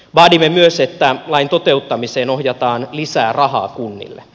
vaadimme myös että lain toteuttamiseen ohjataan lisää rahaa kunnille